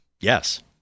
Yes